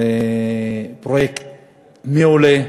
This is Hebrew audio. זה פרויקט מעולה,